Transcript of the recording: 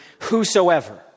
whosoever